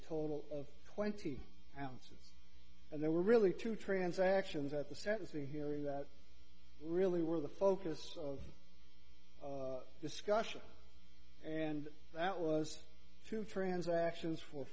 total of twenty ounces and there were really two transactions at the sentencing hearing that really were the focus of discussion and that was through transactions fo